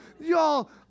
y'all